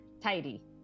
tidy